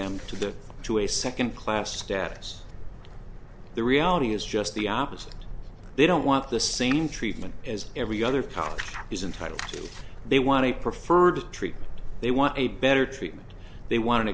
them to the to a second class status the reality is just the opposite they don't want the same treatment as every other cop is entitled to they want a preferred treatment they want a better treatment they want